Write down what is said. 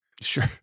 Sure